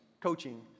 coaching